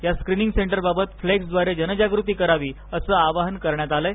या screening centre बाबत flex व्दारे जनजागृती करावी असं आवाहन करण्यात आलं आहे